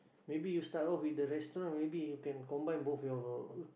maybe you start of with the restaurant or maybe you can combine both your